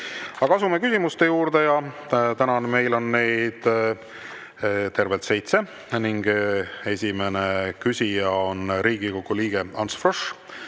Asume küsimuste juurde. Täna on meil neid tervelt seitse ning esimene küsija on Riigikogu liige Ants Frosch.